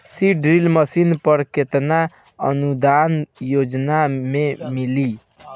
Seed drill machine पर केतना अनुदान योजना में मिली?